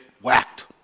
whacked